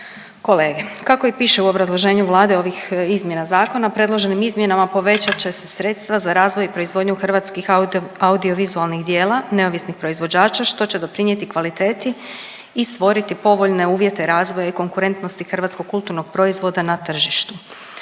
kolege, kako i piše u obrazloženju Vlade ovih izmjena zakona, predloženim izmjenama povećat će se sredstva za razvoj i proizvodnju hrvatskih auto, audiovizualnih djela neovisnih proizvođača, što će doprinjeti kvaliteti i stvoriti povoljne uvjete razvoja i konkurentnosti hrvatskog kulturnog proizvoda na tržištu.